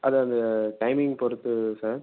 அது அது டைமிங்க் பொறுத்தது சார்